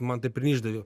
man taip ir išdavė